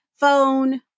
phone